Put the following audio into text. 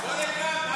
בוא לכאן.